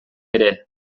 ere